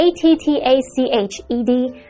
A-T-T-A-C-H-E-D